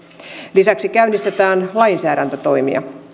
lisäksi käynnistetään lainsäädäntötoimia